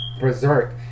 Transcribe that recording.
berserk